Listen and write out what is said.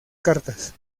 cartas